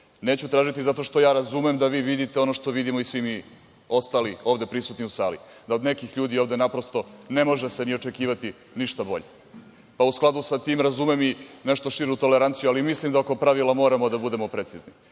Neću tražiti zato što ja razumem da vi vidite ono što vidimo i svi ostali ovde prisutni u sali, da od nekih ljudi ovde ne može se naprosto ni očekivati ništa bolje.U skladu sa tim razumem i nešto širu toleranciju, ali mislim da oko pravila moramo da budemo precizni.